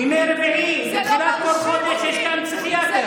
בימי רביעי בתחילת כל חודש יש כאן פסיכיאטר.